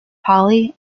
polly